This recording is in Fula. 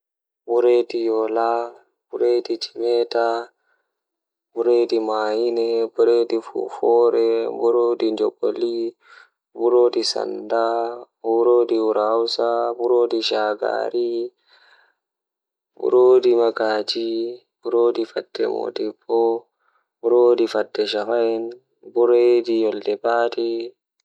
Taalel taalel jannata booyel, Woodi bingel feere ni odon mari babi nyende odon joodi tan sei babi man fuddi wolwugo ovi haa babi adon wolwa na babi wee ehe midon wolwa mi wawi wolde ko ndei bo midon nana ko awiyata, Sei ovi toh mi hebi soobajo hande kan handi en tokka yewtugo onani beldum bebi manma nani beldum, Takala mulus,